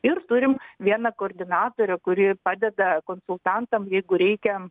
ir turim vieną koordinatorę kuri padeda konsultantam jeigu reikia